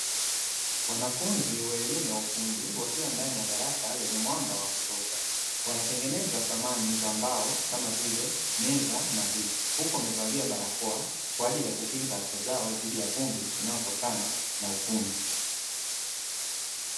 Wanafunzi wa elimu ya ufundi wakiwa ndani ya darasa lenye mwanga wa kutosha, wanatengeneza samani za mbao kama vile meza na viti; huku wamevalia barakoa kwa ajili ya kukinga afya zao dhidi ya vumbi inayotokana na ufundi.